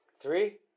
Three